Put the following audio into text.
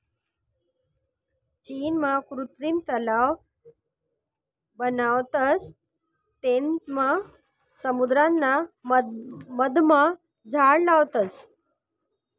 चीनमा कृत्रिम तलाव बनावतस तेनमा समुद्राना मधमा झाड लावतस